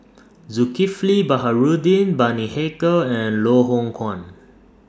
Zulkifli Baharudin Bani Haykal and Loh Hoong Kwan